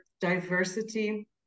diversity